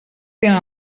tenen